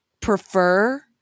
prefer